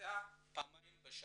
מתבצע פעמיים בשנה.